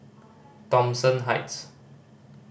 Thomson Heights